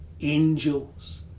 angels